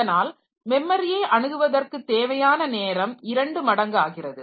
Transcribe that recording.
அதனால் மெமரியை அணுகுவதற்கு தேவையான நேரம் இரண்டு மடங்கு ஆகிறது